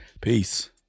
Peace